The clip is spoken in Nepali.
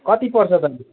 कति पर्छ त अनि